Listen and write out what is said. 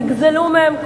נגזלו מהם,